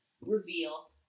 reveal